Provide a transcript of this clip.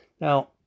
Now